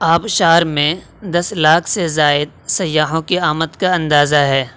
آبشار میں دس لاکھ سے زائد سیاحوں کی آمد کا اندازہ ہے